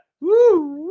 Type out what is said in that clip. Woo